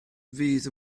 fydd